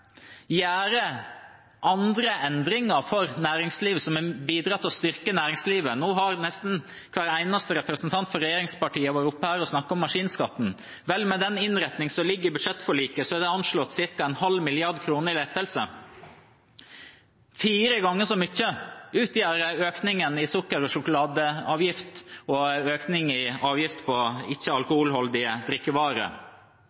gjøre det gjennom et lovutvalg og sørge for en kunnskapsbasert og forutsigbar endring. Senterpartiet gjør andre endringer for næringslivet som bidrar til å styrke næringslivet. Nå har nesten hver eneste representant fra regjeringspartiene vært oppe her og snakket om maskinskatten. Med den innretningen som ligger i budsjettforliket, er det anslått ca. en halv milliard kroner i lettelse. Fire ganger så mye utgjør økningen i sukker- og sjokoladeavgift og økningen i avgift på